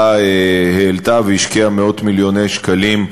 העלתה והשקיעה מאות-מיליוני שקלים,